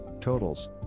totals